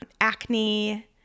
acne